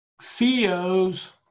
CEOs